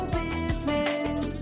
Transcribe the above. business